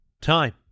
time